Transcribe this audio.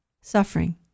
suffering